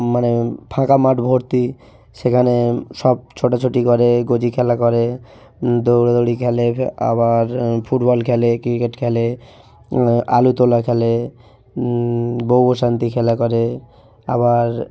মানে ফাঁকা মাঠ ভর্তি সেখানে সব ছোটাছুটি করে গজি খেলা করে দৌড়াদৌড়ি খেলে আবার ফুটবল খেলে ক্রিকেট খেলে আলু তোলা খেলে বৌ বসান্তি খেলা করে আবার